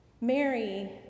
Mary